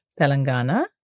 Telangana